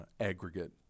aggregate